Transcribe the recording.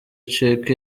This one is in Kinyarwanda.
cech